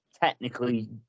technically